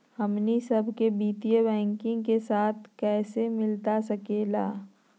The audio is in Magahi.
हमनी सबके वित्तीय बैंकिंग के लाभ कैसे मिलता सके ला?